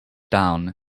down